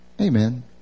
amen